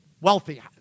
wealthy